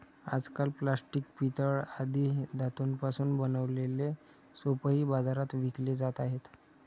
आजकाल प्लास्टिक, पितळ आदी धातूंपासून बनवलेले सूपही बाजारात विकले जात आहेत